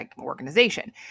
organization